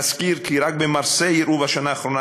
נזכיר כי רק במרסיי אירעו בשנה האחרונה